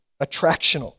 attractional